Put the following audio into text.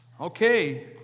Okay